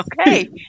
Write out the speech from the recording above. Okay